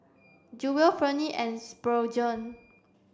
Jewel Ferne and Spurgeon